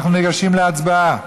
אנחנו ניגשים להצבעה.